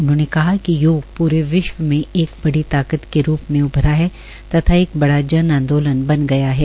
उन्होंने कहा कि योग प्रे विश्व में एक बड़ी ताकत के रूप में उभरा है तथा एक बड़ा जन आंदोलन बन गया है